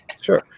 sure